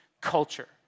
culture